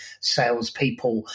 salespeople